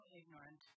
ignorant